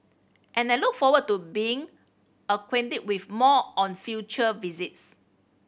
and I look forward to being acquainted with more on future visits